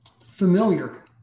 familiar